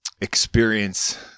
experience